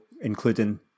including